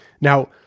Now